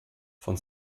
von